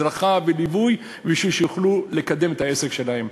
הדרכה וליווי לקדם את העסק שלהם.